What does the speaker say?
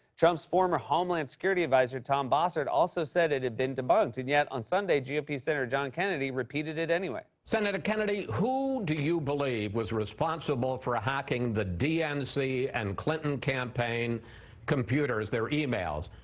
trump's former homeland security advisor tom bossert also said it had been debunked and, yet, on sunday, gop senator john kennedy repeated it, anyway. senator kennedy, who do you believe was responsible for hacking the dnc and clinton campaign computers, their emails?